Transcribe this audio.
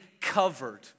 covered